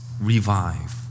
revive